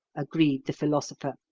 agreed the philosopher.